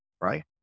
right